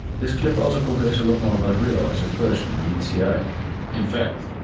this clip also conveys a lot more about re-l as a person than meets the eye. in fact,